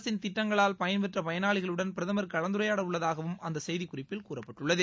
அரசின் திட்டங்களால் பயன்பெற்ற பயனாளிகளுடன் பிரதமர் கலந்துரையாட உள்ளதாகவும் அந்த செய்தி குறிப்பில் கூறப்பட்டுள்ளது